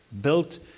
built